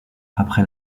après